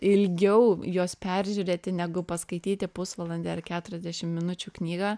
ilgiau juos peržiūrėti negu paskaityti pusvalandį ar keturiasdešim minučių knygą